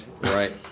Right